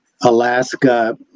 Alaska